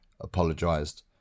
apologised